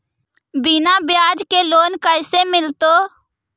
बिना ब्याज के लोन कैसे मिलतै?